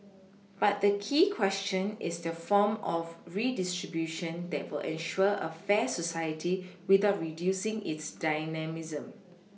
but the key question is the form of redistribution that will ensure a fair society without Reducing its dynamism